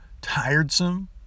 tiresome